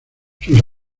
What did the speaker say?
sus